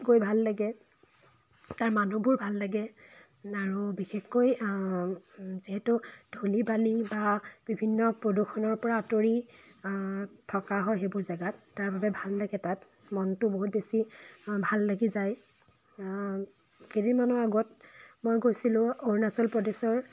গৈ ভাল লাগে তাৰ মানুহবোৰ ভাল লাগে আৰু বিশেষকৈ যিহেতু ধূলি বালি বা বিভিন্ন প্ৰদূষণৰ পৰা আঁতৰি থকা হয় সেইবোৰ জেগাত তাৰবাবে ভাল লাগে তাত মনটো বহুত বেছি ভাল লাগি যায় কেইদিনমানৰ আগত মই গৈছিলোঁ অৰুণাচল প্ৰদেশৰ